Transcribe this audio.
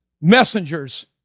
messengers